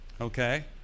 Okay